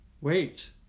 wait